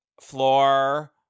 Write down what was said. Floor